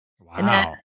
Wow